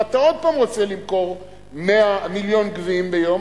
ואתה עוד פעם רוצה למכור מיליון גביעים ביום,